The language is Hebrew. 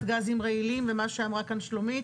גזים רעילים ומה שאמרה כאן שלומית,